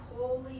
holy